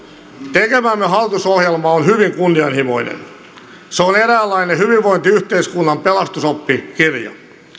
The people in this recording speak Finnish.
tekemämme hallitusohjelma on hyvin kunnianhimoinen se on eräänlainen hyvinvointiyhteiskunnan pelastusoppikirja